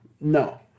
no